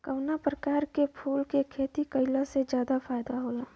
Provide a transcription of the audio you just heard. कवना प्रकार के फूल के खेती कइला से ज्यादा फायदा होला?